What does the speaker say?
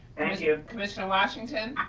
thank you. commissioner washington.